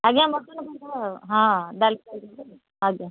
ଆଜ୍ଞା ମଟନ୍ ପାଇଁ କୁହ ହଁ ଡାଲ୍ ଫ୍ରାଏ ଦେବେ ଆଜ୍ଞା